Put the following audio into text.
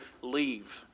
leave